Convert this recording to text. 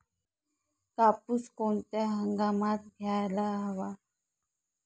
कापूस कोणत्या हंगामात घ्यायला हवा?